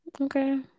okay